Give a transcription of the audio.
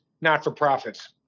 not-for-profits